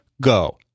go